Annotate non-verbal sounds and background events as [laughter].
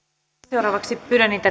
seuraavaksi pyydän niitä [unintelligible]